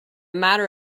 matter